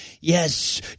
yes